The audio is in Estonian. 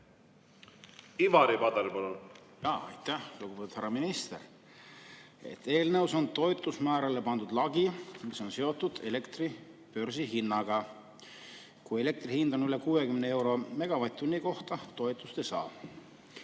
Ivari Padar, palun! Aitäh! Lugupeetud härra minister! Eelnõus on toetusmäärale pandud lagi, mis on seotud elektri börsihinnaga. Kui elektri hind on üle 60 euro megavatt-tunni kohta, siis toetust ei saa.